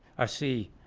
i see,